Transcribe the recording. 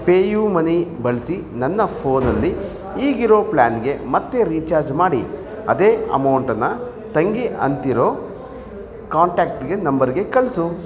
pay U money ಬಳಸಿ ನನ್ನ ಫೋನಲ್ಲಿ ಈಗಿರೊ ಪ್ಲಾನ್ಗೆ ಮತ್ತೆ ರೀಚಾರ್ಜ್ ಮಾಡಿ ಅದೇ ಅಮೌಂಟನ್ನು ತಂಗಿ ಅಂತಿರೊ ಕಾಂಟ್ಯಾಕ್ಟ್ಗೆ ನಂಬರ್ಗೆ ಕಳಿಸು